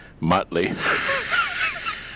Muttley